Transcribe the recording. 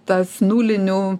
tas nulinių